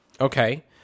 Okay